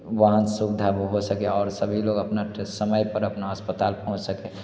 वाहन सुविधा हो सके और सभी लोग अपना अपना समय पर अपना अस्पताल पहुँच सके